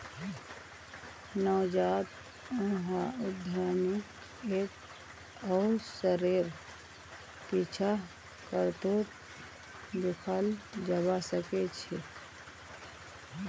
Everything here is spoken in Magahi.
नवजात उद्यमीक एक अवसरेर पीछा करतोत दखाल जबा सके छै